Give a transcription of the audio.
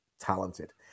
talented